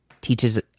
teaches